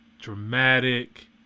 dramatic